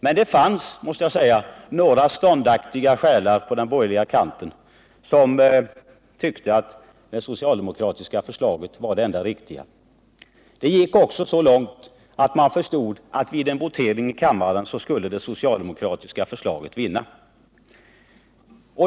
Men det fanns, måste jag säga, några ståndaktiga själar på den borgerliga kanten som tyckte att det socialdemokratiska förslaget var det enda riktiga. Det gick så långt att man insåg att vid en votering i kammaren skulle det socialdemokratiska förslaget vinna.